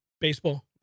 Baseball